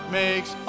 makes